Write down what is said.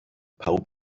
pawb